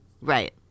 right